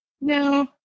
No